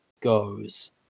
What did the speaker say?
goes